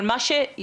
אבל מה שבולט,